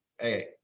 hey